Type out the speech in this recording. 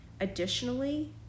Additionally